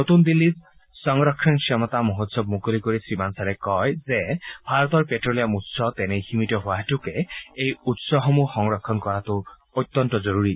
নতুন দিল্লীত সংৰক্ষণ ক্ষমতা মহোৎসৱ মুকলি কৰি শ্ৰীবানসালে কয় যে ভাৰতৰ প্টেট্লিয়াম উৎস তেনেই সীমিত হোৱা হেতুকে এই উৎসসূহ সংৰক্ষণ কৰাটো অত্যন্ত জৰুৰী